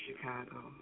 Chicago